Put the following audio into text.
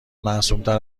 معصومتر